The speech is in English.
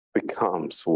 becomes